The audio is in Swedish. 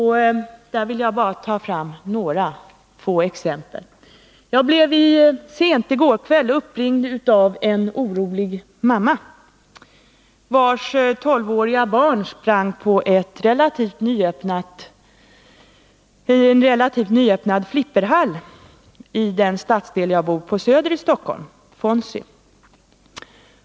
Här vill jag nämna några exempel: Jag blev sent i går kväll uppringd av en orolig mamma, vars 12-åriga barn sprang på en relativt nyöppnad flipperhall, Fonzie's, som ligger i den stadsdel jag bor i, på Söder i Stockholm.